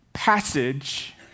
Passage